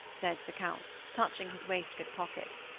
said the count, touching his waistcoat pocket.